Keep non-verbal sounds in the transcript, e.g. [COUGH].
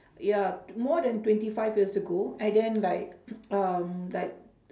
ya more than twenty five years ago and then like [COUGHS] um like